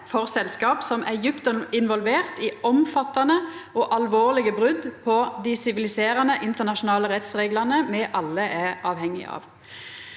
for selskap som er djupt involverte i omfattande og alvorlege brot på dei siviliserande internasjonale rettsreglane me alle er avhengige av.